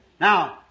Now